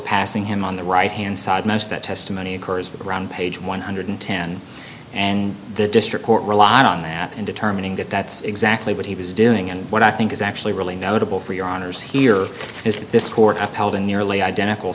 passing him on the right hand side most that testimony occurs with around page one hundred and ten and the district court relied on that in determining that that's exactly what he was doing and what i think is actually really notable for your honors here is that this court upheld a nearly identical